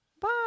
bye